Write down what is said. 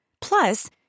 Plus